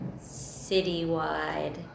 citywide